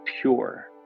pure